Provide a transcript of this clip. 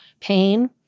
pain